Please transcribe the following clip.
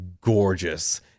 gorgeous